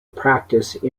practice